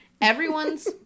everyone's